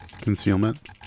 Concealment